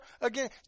again